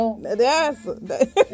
Yes